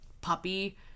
puppy